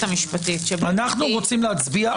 המשפטית -- אנחנו רוצים להצביע עכשיו.